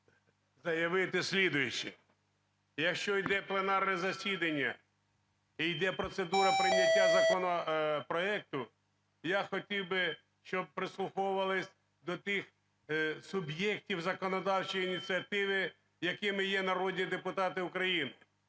заявитислідуюче. Якщо йде пленарне засідання і йде процедура прийняття законопроекту, я хотів би, щоб прислуховувалися до тих суб'єктів законодавчої ініціативи, якими є народні депутати України.